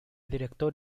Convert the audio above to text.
director